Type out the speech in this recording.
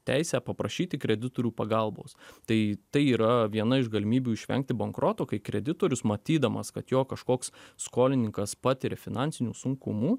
teisę paprašyti kreditorių pagalbos tai tai yra viena iš galimybių išvengti bankroto kai kreditorius matydamas kad jo kažkoks skolininkas patiria finansinių sunkumų